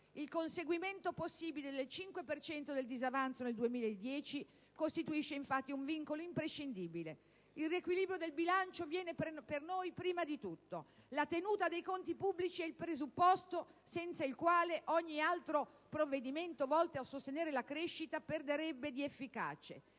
Il conseguimento possibile del 5 per cento del disavanzo nel 2010 costituisce, infatti, un vincolo imprescindibile. Il riequilibrio del bilancio viene per noi prima di tutto; la tenuta dei conti pubblici è il presupposto senza il quale ogni altro provvedimento volto a sostenere la crescita perderebbe di efficacia.